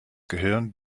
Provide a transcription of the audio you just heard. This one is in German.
gehirn